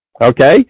Okay